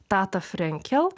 tata frenkel